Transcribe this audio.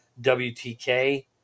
WTK